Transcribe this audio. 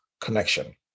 connection